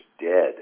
dead